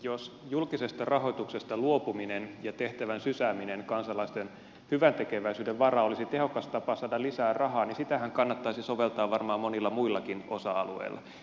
jos julkisesta rahoituksesta luopuminen ja tehtävän sysääminen kansalaisten hyväntekeväisyyden varaan olisi tehokas tapa saada lisää rahaa niin sitähän kannattaisi soveltaa varmaan monilla muillakin osa alueilla